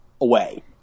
away